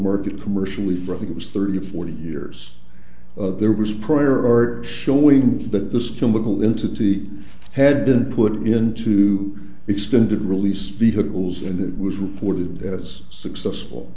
market commercially for i think it was thirty or forty years there was prior art showing that this chemical into tea had been put into extended release vehicles and it was reported as successful